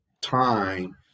time